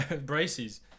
Braces